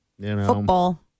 Football